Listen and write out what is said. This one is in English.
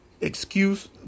excuse